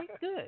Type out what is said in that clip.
good